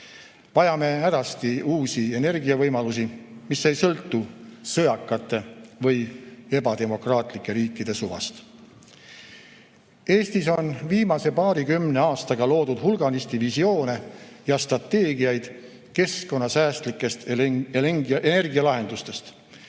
Vajame hädasti uusi energiavõimsusi, mis ei sõltuks sõjakate või ebademokraatlike riikide suvast. Eestis on viimase paarikümne aastaga loodud hulganisti visioone ja strateegiaid keskkonnasäästlikest energialahendustest.